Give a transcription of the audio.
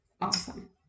awesome